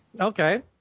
Okay